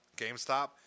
GameStop